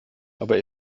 aber